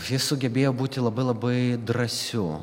jis sugebėjo būti labai labai drąsiu